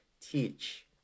teach